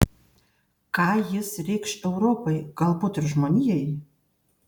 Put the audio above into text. ką jis reikš europai galbūt ir žmonijai